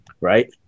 right